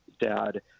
dad